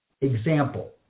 Example